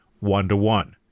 one-to-one